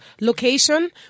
location